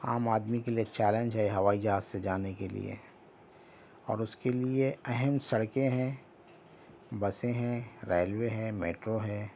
عام آدمی کے لیے چیلنج ہے ہوائی جہاز سے جانے کے لیے اور اس کے لیے اہم سڑکیں ہیں بسیں ہیں ریلوے ہیں میٹرو ہیں